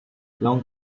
long